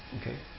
Okay